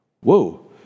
Whoa